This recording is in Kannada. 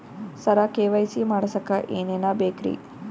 ಸರ ಕೆ.ವೈ.ಸಿ ಮಾಡಸಕ್ಕ ಎನೆನ ಬೇಕ್ರಿ?